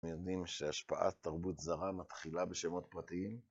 יודעים שהשפעת תרבות זרה מתחילה בשמות פרטיים?